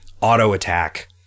auto-attack